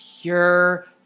pure